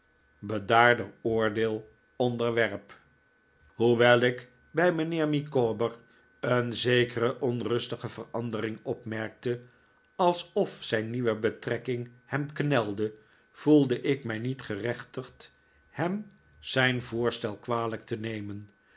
oordeel onderwerp hoewel ik bij mijnheer micawber een zekere onrustige verandering opmerkte alsof zijn nieuwe betrekking hem knelde voelde ik mij niet gerechtigd hem zijn voorstel kwalijk te nemen